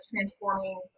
transforming